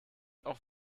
auch